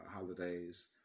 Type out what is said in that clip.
holidays